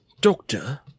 Doctor